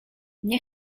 nie